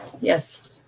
Yes